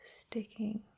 sticking